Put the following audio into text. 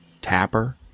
Tapper